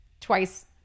twice